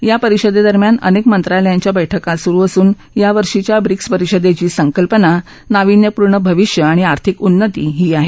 या परिषदेदरम्यान अनेक मक्तीलयाच्याही बैठका सुरू असून या वर्षीच्या ब्रिक्स परिषदेची सक्तीलयना नाविन्यपूर्ण भविष्य आणि आर्थिक उन्नती ही आहे